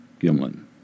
Gimlin